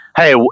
hey